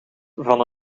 van